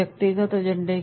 व्यक्तिगत एजेंडा